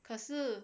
可是